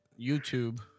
YouTube